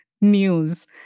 news